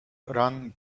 run